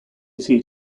seat